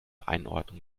einordnung